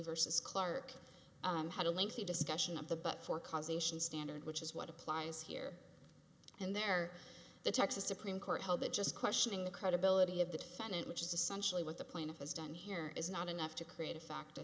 versus clarke had a lengthy discussion of the but for causing standard which is what applies here and there the texas supreme court held that just questioning the credibility of the defendant which is essentially what the plaintiff has done here is not enough to create a fact